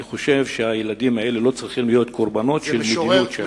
אני חושב שהילדים האלה לא צריכים להיות קורבנות של מדיניות.